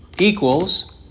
equals